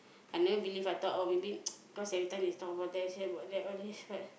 I never believe I thought oh maybe cause they every time talk about that I say about that all this